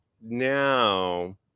now